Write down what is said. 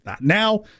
now